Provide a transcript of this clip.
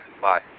Bye